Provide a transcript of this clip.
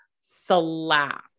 slap